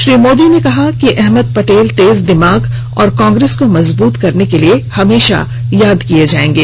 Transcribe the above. श्री मोदी ने कहा कि अहमद पटेल तेज दिमाग और कांग्रेस को मजबूत करने के लिए हमेशा याद किए जाएंगे